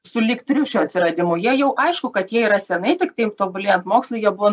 sulig triušio atsiradimu jie jau aišku kad jie yra senai tiktai tobulėjant mokslui jie buvo